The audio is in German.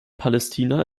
palästina